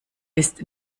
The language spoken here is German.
ist